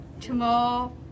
Tomorrow